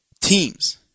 teams